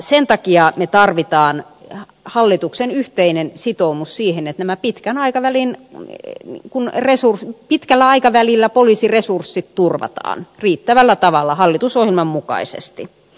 sen takia me tarvitsemme hallituksen yhteisen sitoumuksen siihen että mä pitkän aikavälin eteen kun resurssi pitkällä aikavälillä poliisin resurssit turvataan riittävällä tavalla hallitusohjelman mukaisesti